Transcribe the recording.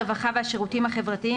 הרווחה והשירותים החברתיים,